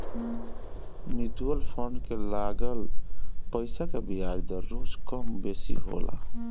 mutual fund के लागल पईसा के बियाज दर रोज कम बेसी होला